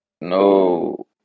No